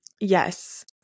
yes